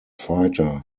fighter